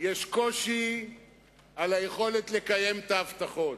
יש קושי ביכולת לקיים את ההבטחות.